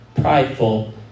prideful